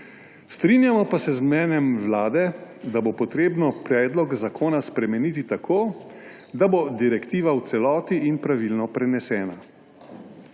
Strinjamo pa se z mnenjem Vlade, da bo treba predlog zakona spremeniti tako, da bo direktiva v celoti in pravilno prenesena.